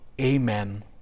Amen